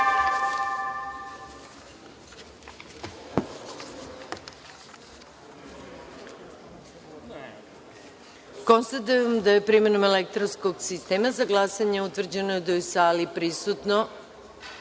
glasanje. Konstatujem da je primenom elektronskog sistema za glasanje utvrđeno da je u sali prisutno